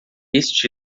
este